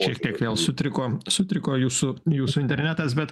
šiek tiek vėl sutriko sutriko jūsų jūsų internetas bet